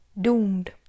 doomed